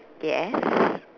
yes